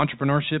entrepreneurship